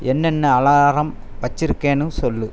என்னென்ன அலாரம் வச்சுருக்கேனு சொல்லு